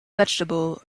vegetable